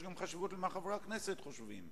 יש גם חשיבות למה שחברי הכנסת חושבים.